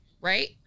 right